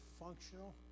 functional